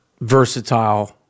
Versatile